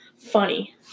Funny